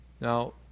Now